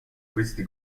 questi